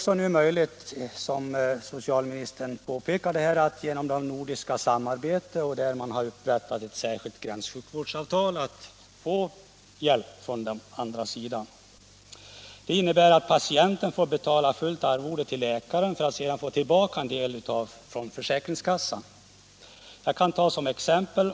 Som socialministern påpekade är det möjligt enligt bestämmelserna i det särskilda gränssjukvårdsavtal som upprättats att få läkarhjälp från ett angränsande land. Det innebär att patienten får betala fullt arvode till läkaren för att sedan få tillbaka en del från försäkringskassan. Jag kan ta ett exempel.